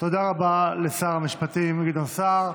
תודה רבה לשר המשפטים גדעון סער.